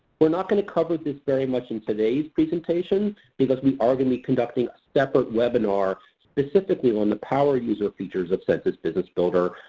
we're not going to cover this very much in today's presentation because we are going to be conducting a separate webinar specifically on the power user features of census business builder.